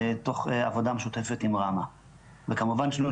תוך עבודה משותפת עם ראמ"ה וכמובן שינוי